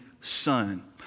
son